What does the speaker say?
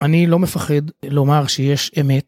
אני לא מפחד לומר שיש אמת.